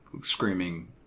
screaming